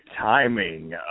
timing